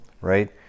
right